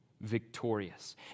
victorious